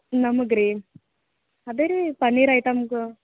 ನಮಗೆ ರೀ ಅದೇ ರೀ ಪನೀರ್ ಐಟಮ್ಸ್